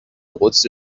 قدسی